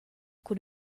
cun